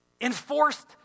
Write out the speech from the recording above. enforced